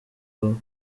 rugo